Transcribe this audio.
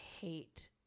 hate